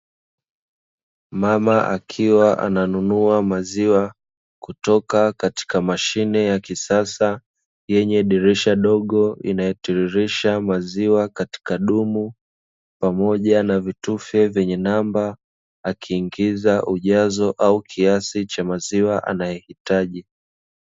Mama akiwa ananuna maziwa kutoka katika mashine ya kisasa yenye dirisha dogo inayotiririsha maziwa katika dumu, pamoja na vitufe vyenye namba akiingiza ujazo au kiasi cha maziwa anayohitaji.